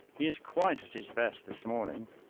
he is quite at his best this morning.